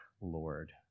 Lord